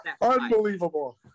unbelievable